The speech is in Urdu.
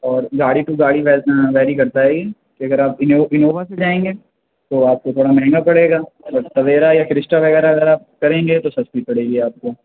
اور گاڑی ٹو گاڑی ویری کرتا ہے کہ اگر آپ اِن انووا سے جائیں گے تو آپ کو تھوڑا مہنگا پڑے گا اور ٹویرا یا کرسٹا وغیرہ اگر آپ کریں گے تو سَستی پڑے گی آپ کو